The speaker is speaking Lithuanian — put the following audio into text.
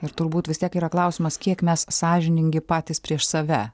ir turbūt vis tiek yra klausimas kiek mes sąžiningi patys prieš save